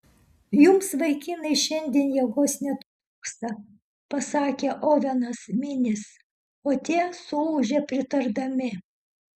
jums vaikinai šiandien jėgos netrūksta pasakė ovenas minis o tie suūžė pritardami